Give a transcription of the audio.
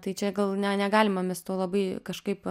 tai čia gal ne negalima mes to labai kažkaip